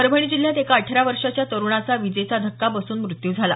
परभणी जिल्ह्यात एका अठरा वर्षाच्या तरुणाचा विजेचा धक्का बसून मृत्यू झाला